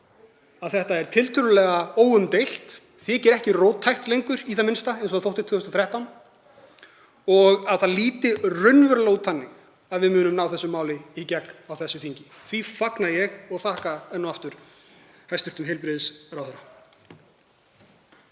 að þetta er tiltölulega óumdeilt, þykir ekki róttækt lengur í það minnsta, eins og þótti 2013, og að það líti raunverulega út þannig að við munum ná þessu máli í gegn á þessu þingi. Því fagna ég og þakka enn og aftur hæstv. heilbrigðisráðherra.